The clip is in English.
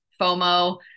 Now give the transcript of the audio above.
FOMO